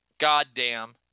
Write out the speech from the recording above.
Goddamn